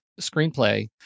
screenplay